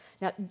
Now